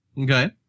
Okay